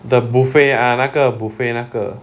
the buffet ah 那个 buffet 那个